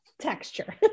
texture